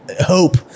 hope